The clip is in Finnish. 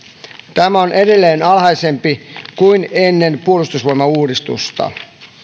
tämä on edelleen alhaisempi kuin ennen puolustusvoimauudistusta